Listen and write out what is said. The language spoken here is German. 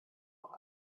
auch